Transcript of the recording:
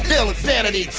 ill insanity,